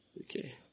Okay